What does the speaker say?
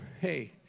hey